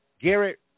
Garrett